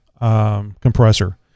compressor